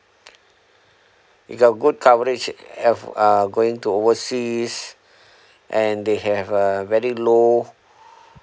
it got good coverage of uh going to overseas and they have uh very low